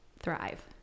thrive